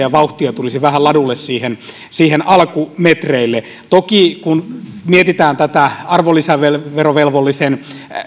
ja vauhtia tulisi vähän ladulle siihen siihen alkumetreille toki kun mietitään tätä arvonlisäverovelvollisen